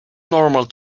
normal